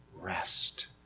rest